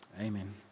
amen